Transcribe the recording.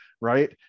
right